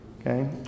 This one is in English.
Okay